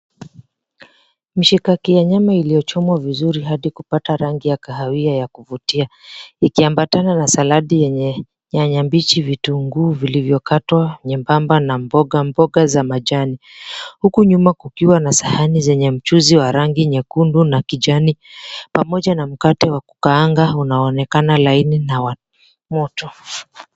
Mishikaki ya nyama iliyochomwa vizuri hadi kupata rangi ya kahawia ya kuvutia ikiambatana na saladi yenye nyanya mbichi, vitunguu vilivyokatwa nyembamba na mboga mboga za majani huku nyuma kukiwa na sahani zenye mchuzi wa rangi nyekundu na kijani pamoja na mkate wa kukaanga unaoonekana laini na moto.